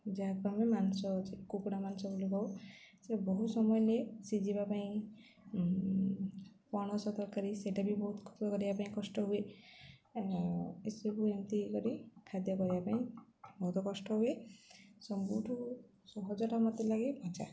ଯାହାକୁ ଆମେ ମାଂସ ହେଉଛି କୁକୁଡ଼ା ମାଂସ ବୋଲି କହୁ ସେ ବହୁତ ସମୟ ନିଏ ସିଝିବା ପାଇଁ ପଣସ ତରକାରୀ ସେଇଟା ବି ବହୁତ କରିବା ପାଇଁ କଷ୍ଟ ହୁଏ ଏସବୁ ଏମିତି କରି ଖାଦ୍ୟ କରିବା ପାଇଁ ବହୁତ କଷ୍ଟ ହୁଏ ସବୁଠୁ ସହଜଟା ମୋତେ ଲାଗେ ମଜା